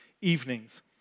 evenings